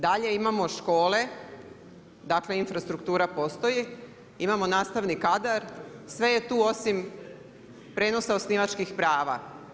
Dalje, imamo škole, dakle infrastruktura postoji imamo nastavni kadar, sve je tu osim prijenosa osnivačkih prava.